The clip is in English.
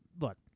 look